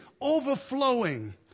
overflowing